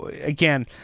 again